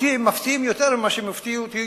אותי הם מפתיעים יותר מאשר הם הפתיעו אותי